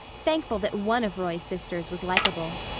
thankful that one of roy's sisters was likable.